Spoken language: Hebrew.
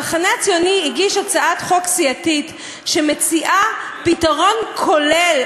המחנה הציוני הגיש הצעת חוק סיעתית שמציעה פתרון כולל,